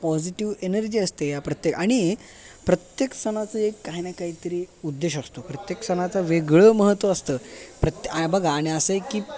positive energy असते या प्रत्येक आणि प्रत्येक सणाचं एक काही ना काहीतरी उद्देश असतो प्रत्येक सणाचा वेगळं महत्त्व असतं प्रत्ये बघा आणि असं आहे की